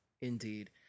Indeed